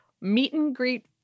meet-and-greet